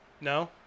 No